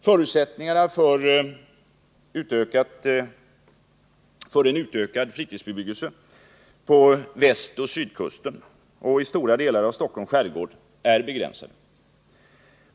Förutsättningarna för en utökad fritidsbebyggelse på västoch sydkusten och i stora delar av Stockholms skärgård är begränsade.